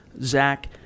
Zach